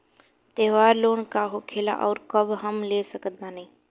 त्योहार लोन का होखेला आउर कब हम ले सकत बानी?